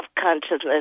consciousness